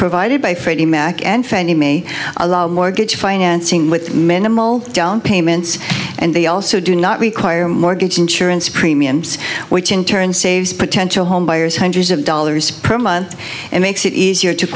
provided by freddie mac and fannie mae allowed mortgage financing with minimal payments and they also do not require mortgage insurance premiums which in turn saves potential homebuyers hundreds of dollars per month and makes it easier to